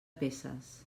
peces